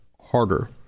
harder